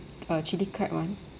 uh chilli crab [one]